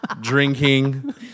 drinking